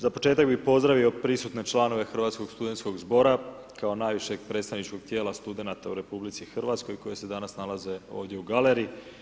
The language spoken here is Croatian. Za početak bih pozdravio prisutne članove Hrvatskog studentskog zbora kao najvišeg predsjedničkog tijela studenata u RH koji se danas nalaze ovdje u galeriji.